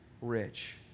rich